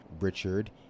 richard